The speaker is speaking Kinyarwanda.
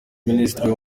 minisitiri